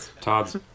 todd's